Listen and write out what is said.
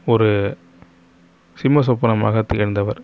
ஒரு சிம்ம சொப்பனமாக திகழ்ந்தவர்